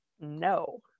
No